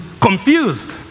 confused